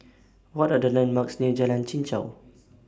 What Are The landmarks near Jalan Chichau